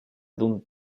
d’un